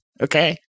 Okay